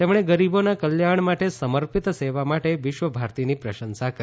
તેમણે ગરીબોના કલ્યાણ માટે સમર્પિત સેવા માટે વિશ્વ ભારતીની પ્રશંસા કરી